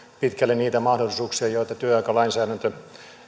pitkälle niitä mahdollisuuksia joita työaikalainsäädäntö